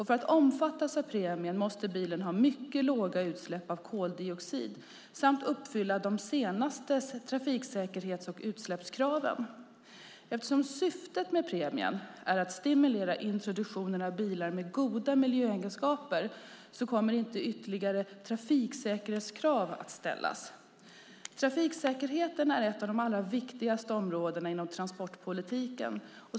För att omfattas av premien måste bilen ha mycket låga utsläpp av koldioxid samt uppfylla de senaste trafiksäkerhets och utsläppskraven. Eftersom syftet med premien är att stimulera introduktionen av bilar med goda miljöegenskaper kommer inte några ytterligare trafiksäkerhetskrav att ställas. Trafiksäkerheten är ett av de allra viktigaste områdena inom transportpolitiken.